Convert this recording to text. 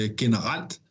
generelt